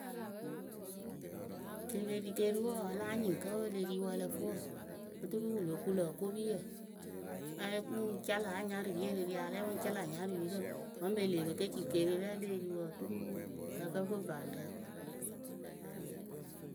Ke pe ri keeriwe wǝǝ a láa nyɩŋ kǝ́ e le ri wɨ ǝ lǝ fɨ wǝ oturu wɨ lo ku lǝ okopiyǝ, e le ri a la lɛ wɨŋ ca lä nyarɨ pirǝ wǝ́ mɨŋ e lee pe ke ci keerirɛ le eri wǝǝ oturu ǝ lǝ kǝ fɨ vaŋrǝ.